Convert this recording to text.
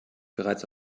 bereits